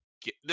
get